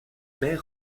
mer